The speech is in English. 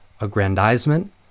aggrandizement